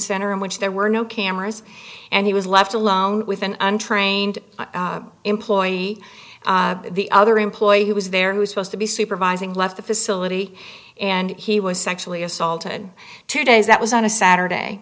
center in which there were no cameras and he was left alone with an untrained employee the other employee who was there who's supposed to be supervising left the facility and he was sexually assaulted two days that was on a saturday